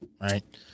Right